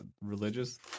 religious